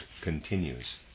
continues